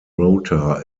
rota